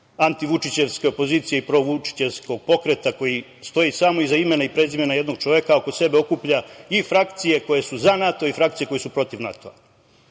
antivučićevske opozicije i provučićevskog pokreta koji stoji samo iza imena i prezimena jednog čoveka, a oko sebe okuplja i frakcije koje su za NATO i frakcije koje su protiv